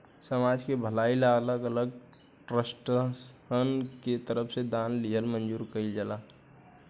समाज के भलाई ला अलग अलग ट्रस्टसन के तरफ से दान लिहल मंजूर कइल जाला